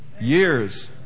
Years